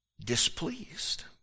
displeased